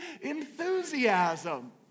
Enthusiasm